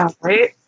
right